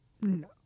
no